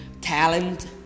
talent